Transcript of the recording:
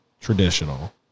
traditional